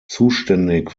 zuständig